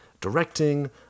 directing